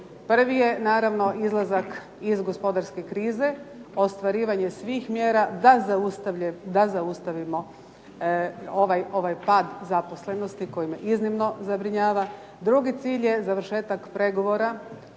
Prvi je naravno izlazak iz gospodarske krize, ostvarivanje svih mjera da zaustavimo ovaj pad zaposlenosti koji me iznimno zabrinjava. Drugi cilj je završetak pregovora